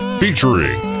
featuring